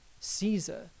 Caesar